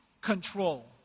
control